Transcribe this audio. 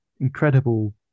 incredible